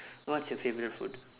what's your favourite food